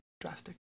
drastic